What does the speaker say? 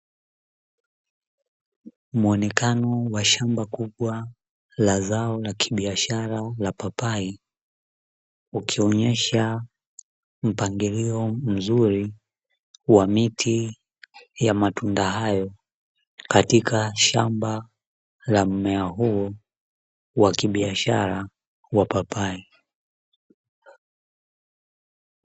Muonekano wa shamba kubwa la zao la kibiashara la papai, ukionyesha mpangilio mzuri wa miti ya matunda hayo katika shamba la mmea huo wa kibiashara wa papai.